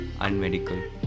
unmedical